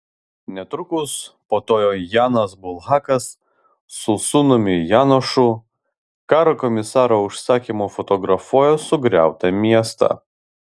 netrukus po to janas bulhakas su sūnumi janošu karo komisaro užsakymu fotografuoja sugriautą miestą